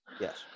Yes